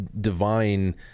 divine